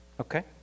Okay